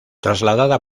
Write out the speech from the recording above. trasladada